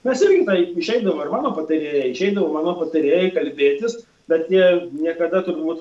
mes irgi taip išeidavom ir mano patarėjai išeidavo mano patarėjai kalbėtis bet jie niekada turbūt